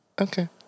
okay